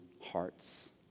hearts